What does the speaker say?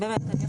ממש